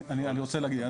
אני רוצה להגיד,